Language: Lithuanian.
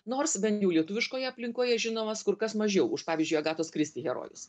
nors bent jau lietuviškoje aplinkoje žinomas kur kas mažiau už pavyzdžiui agatos kristi herojus